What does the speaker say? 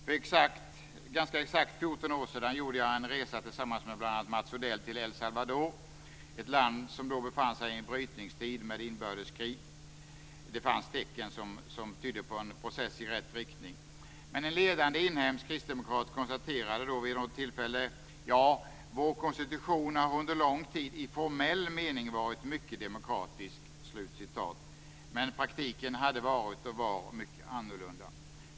För ganska exakt 14 år sedan gjorde jag en resa tillsammans med bl.a. Mats Odell till El Salvador. Det var ett land som då befann sig i en brytningstid med inbördeskrig. Men det fanns tecken som tydde på en process i rätt riktning. En ledande inhemsk kristdemokrat konstaterade där vid ett tillfälle: "Ja, vår konstitution har under lång tid i formell mening varit mycket demokratisk." Men praktiken hade varit och var annorlunda.